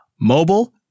Mobile